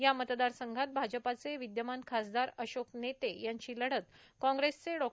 या मतदारसंघात भाजपाचे विदयमान खासदार अशोक नेते यांची लढत कांग्रेसचे डॉ